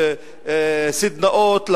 סדנאות,